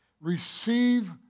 Receive